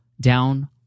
down